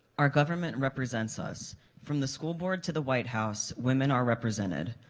our government represents us from the school board to the white house women are represented.